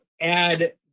add